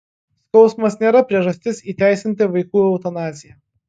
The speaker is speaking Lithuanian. skausmas nėra priežastis įteisinti vaikų eutanaziją